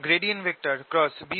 E